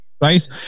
right